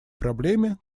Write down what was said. проблеме